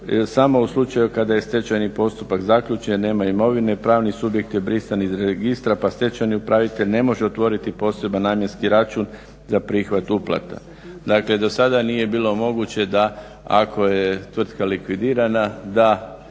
Samo u slučaju kada je stečajni postupak zaključen jer nema imovine i pravni subjekt je brisan iz registra, pa stečajni upravitelj ne može otvoriti poseban namjenski račun za prihvat uplate. Dakle, do sada nije bilo moguće da ako je tvrtka likvidirana da